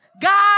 God